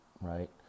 right